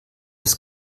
ist